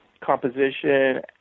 composition